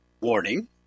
warning